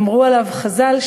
אמרו עליו חז"ל,